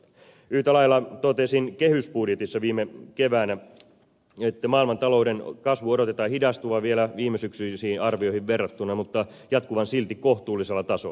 yhtä lailla totesin kehysbudjetissa viime keväänä että maailmantalouden kasvun odotetaan hidastuvan vielä viimesyksyisiin arvioihin verrattuna mutta jatkuvan silti kohtuullisella tasolla